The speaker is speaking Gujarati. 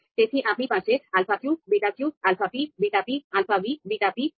તેથી આપણી પાસે alpha q beta q alpha p beta p alpha v beta v છે